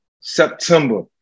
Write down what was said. September